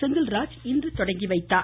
செந்தில்ராஜ் இன்று தொடங்கி வைத்தார்